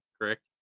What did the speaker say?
correct